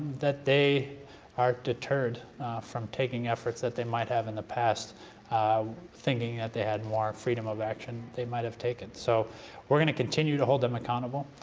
that they are deterred from taking efforts that they might have in the past ah thinking that they had more freedom of action they might have taken. so we're going to continue to hold them accountable.